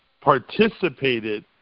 participated